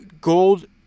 gold